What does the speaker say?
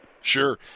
sure